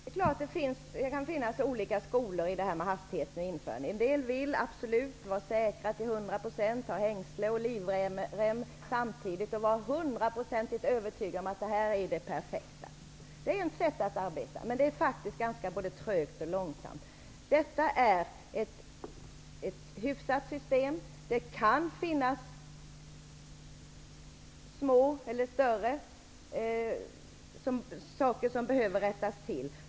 Fru talman! Det är klart att det kan finnas olika skolor när det gäller detta med hastigheten i införandet. En del vill absolut vara säkra till 100 %. De vill ha hängslen och livrem samtidigt och vara hundraprocentigt övertygade om att det är det perfekta. Det är ett sätt att arbeta, men det är faktiskt ganska trögt och långsamt. Detta är ett hyfsat system. Det kan finnas små eller större saker som behöver rättas till.